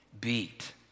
beat